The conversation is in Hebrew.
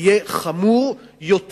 יהיה חמור יותר.